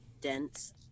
dense